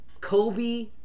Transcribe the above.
Kobe